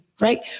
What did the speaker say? Right